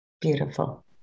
Beautiful